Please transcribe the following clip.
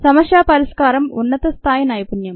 సమస్య పరిష్కారం ఉన్నత స్థాయి నైపుణ్యం